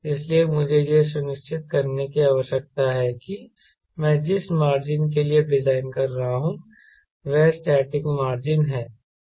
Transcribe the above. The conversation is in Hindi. इसलिए मुझे यह सुनिश्चित करने की आवश्यकता है कि मैं जिस मार्जिन के लिए डिज़ाइन कर रहा हूं वह स्टैटिक मार्जिन है